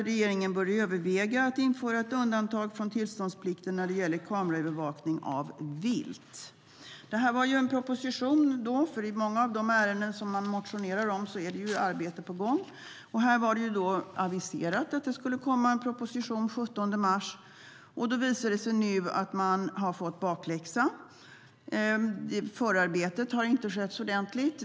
Regeringen bör överväga att införa ett undantag från tillståndsplikten när det gäller kameraövervakning av vilt. Detta var en proposition; i många av de ärenden man motionerar om är arbete på gång. Här var det aviserat att det skulle komma en proposition den 17 mars. Det visar sig nu att man har fått bakläxa. Förarbetet har inte skötts ordentligt.